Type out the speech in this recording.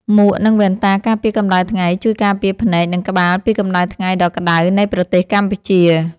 មួក និងវ៉ែនតាការពារកម្ដៅថ្ងៃ ជួយការពារភ្នែក និងក្បាលពីកម្ដៅថ្ងៃដ៏ក្ដៅនៃប្រទេសកម្ពុជា។